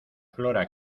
flora